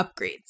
upgrades